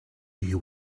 you